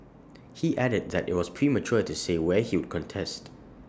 he added that IT was premature to say where he would contest